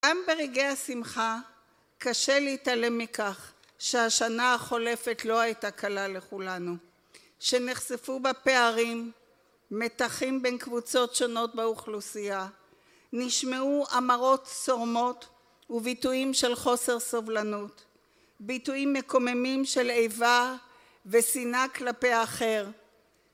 גם ברגעי השמחה קשה להתעלם מכך שהשנה החולפת לא הייתה קלה לכולנו. שנחשפו בה פערים, מתחים בין קבוצות שונות באוכלוסייה, נשמעו אמרות צורמות, וביטויים של חוסר סובלנות. ביטויים מקוממים של איבה ושנאה כלפי האחר